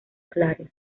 claros